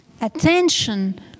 attention